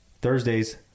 Thursdays